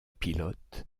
pilote